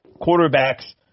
quarterbacks